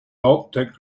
optic